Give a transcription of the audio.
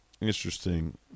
interesting